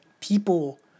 people